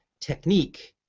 technique